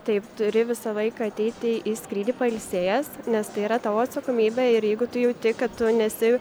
taip turi visą laiką ateiti į skrydį pailsėjęs nes tai yra tavo atsakomybė ir jeigu tu jauti kad tu nesi